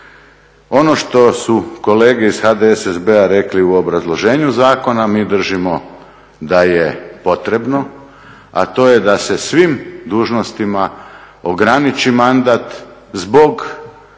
Ono što su kolege iz HDSSB-a rekli u obrazloženju zakona mi držimo da je potrebno, a to je da se svim dužnostima ograniči mandat zbog vjerujući